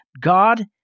God